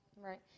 Right